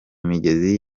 migezi